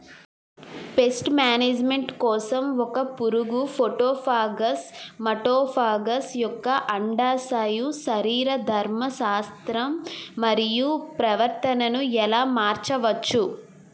Paste management కోసం ఒక పురుగు ఫైటోఫాగస్హె మటోఫాగస్ యెక్క అండాశయ శరీరధర్మ శాస్త్రం మరియు ప్రవర్తనను ఎలా మార్చచ్చు?